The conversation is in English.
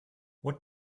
what